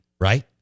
right